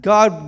God